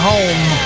Home